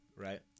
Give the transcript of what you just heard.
Right